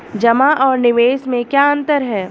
जमा और निवेश में क्या अंतर है?